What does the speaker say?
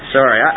Sorry